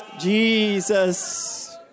Jesus